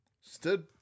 stood